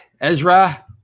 Ezra